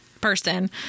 person